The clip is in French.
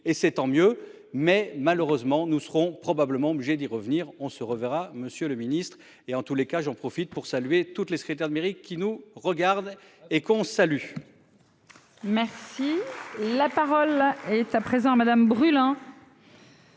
et c'est tant mieux, mais malheureusement, nous serons probablement obligé d'y revenir on se reverra Monsieur le Ministre, et en tous les cas, j'en profite pour saluer toutes les secrétaires de mairie qui nous regarde et qu'on salue.